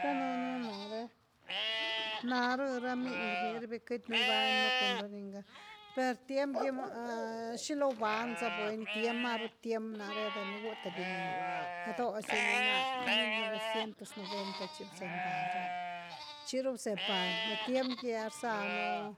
Danunu nare, na rh ra miny rniravi queitynu gibañnu cun ra ninga, per tiem gy ¿xilo buañ za buny? Tiem maru tiem nare de ni gú th bini doosi ni bna, mil novecientos noventa chi bzeñ val re chiru beñ val, tiem gy ah rzanu